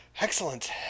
Excellent